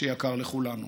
שיקר לכולנו.